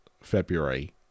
February